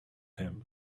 him